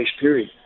period